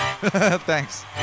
Thanks